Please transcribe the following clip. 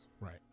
Right